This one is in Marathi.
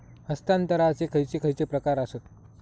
हस्तांतराचे खयचे खयचे प्रकार आसत?